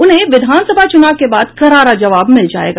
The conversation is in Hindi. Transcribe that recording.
उन्हें विधानसभा चूनाव के बाद करारा जवाब मिल जायेगा